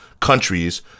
Countries